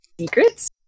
secrets